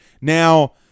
Now